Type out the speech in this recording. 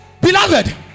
beloved